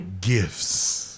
gifts